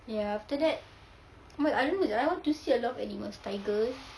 ya after that I I want to see a lot of animals tiger